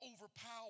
overpower